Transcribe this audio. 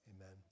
amen